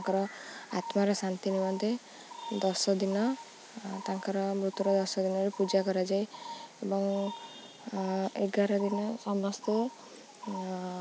ତାଙ୍କର ଆତ୍ମାର ଶାନ୍ତି ନିମନ୍ତେ ଦଶଦିନ ତାଙ୍କର ମୃତୁର ଦଶଦିନରେ ପୂଜା କରାଯାଏ ଏବଂ ଏଗାର ଦିନ ସମସ୍ତେ